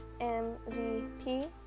MVP